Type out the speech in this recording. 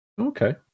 Okay